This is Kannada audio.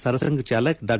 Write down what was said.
ಸರಸಂಫ್ ಚಾಲಕ್ ಡಾ